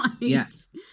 Yes